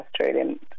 Australian